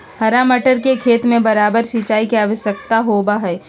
हरा मटर के खेत में बारबार सिंचाई के आवश्यकता होबा हई